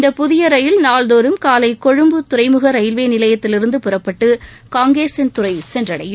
இந்தப் புதிய ரயில் நாள்தோறும் காலை கொழும்பு துறைமுக ரயில்வே நிலையத்தில் இருந்து புறப்பட்டு காங்கேசன்துறை சென்றடையும்